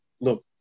look